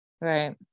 right